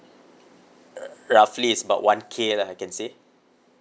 r~ roughly is about one K lah I can say